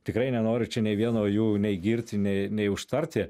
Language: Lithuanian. tikrai nenoriu čia nei vieno jų nei girti nei nei užtarti